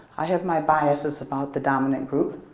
i have my biases about the dominant group,